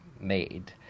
made